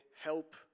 help